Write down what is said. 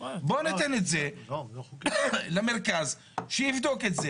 בואו ניתן את זה למרכז שיבדוק את זה